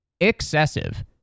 excessive